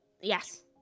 yes